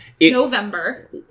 November